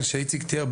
שאיציק תיאר,